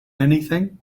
anything